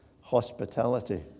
hospitality